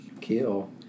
kill